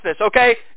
Okay